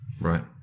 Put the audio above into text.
Right